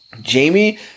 Jamie